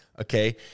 Okay